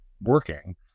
working